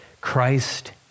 Christ